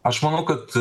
aš manau kad